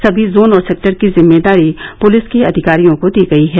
सभी जोन और सेक्टर की जिम्मेदारी पुलिस के अधिकारियों को दी गयी है